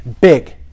big